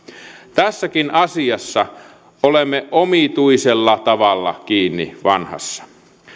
tässäkin asiassa olemme omituisella tavalla kiinni vanhassa